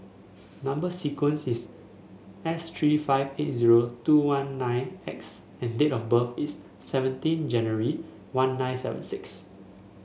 number sequence is S three five eight zero two one nine X and date of birth is seventeen January one nine seven six